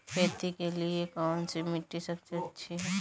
खेती के लिए कौन सी मिट्टी सबसे अच्छी है?